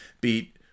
beat